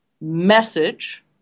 message